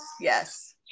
Yes